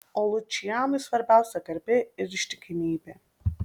o lučianui svarbiausia garbė ir ištikimybė